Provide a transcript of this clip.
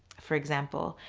for example,